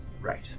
Right